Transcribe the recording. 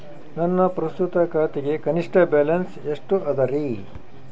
ನನ್ನ ಪ್ರಸ್ತುತ ಖಾತೆಗೆ ಕನಿಷ್ಠ ಬ್ಯಾಲೆನ್ಸ್ ಎಷ್ಟು ಅದರಿ?